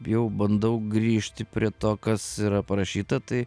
jau bandau grįžti prie to kas yra parašyta tai